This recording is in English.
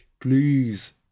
Please